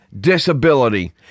disability